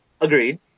Agreed